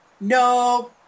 No